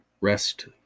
Rest